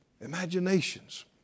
imaginations